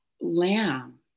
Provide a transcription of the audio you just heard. lamb